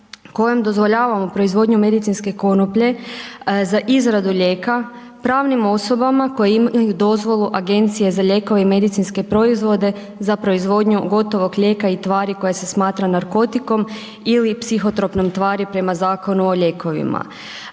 kojim dozvoljavamo proizvodnju medicinske konoplje za izradu lijeka, pravnim osobama koje imaju dozvolu Agencije za lijekove i medicinske proizvode za proizvodnju gotovog lijeka i tvari koja se smatra narkotikom ili psihotropnom tvari prema Zakonu o lijekovima.